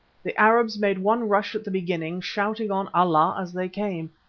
the arabs made one rush at the beginning, shouting on allah as they came.